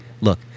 look